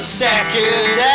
second